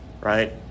right